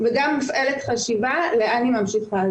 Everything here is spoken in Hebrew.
וגם מופעלת חשיבה לאן היא ממשיכה.